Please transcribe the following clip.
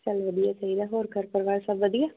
ਚੱਲ ਵਧੀਆ ਸਹੀ ਆ ਹੋਰ ਘਰ ਪਰਿਵਾਰ ਸਭ ਵਧੀਆ